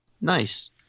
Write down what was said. nice